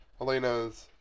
Elena's